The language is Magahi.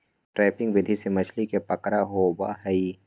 ट्रैपिंग विधि से मछली के पकड़ा होबा हई